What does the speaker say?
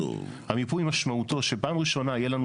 המיפוי משמעותו שבפעם הראשונה תהיה לנו